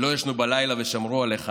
שלא ישנו בלילה ושמרו עליך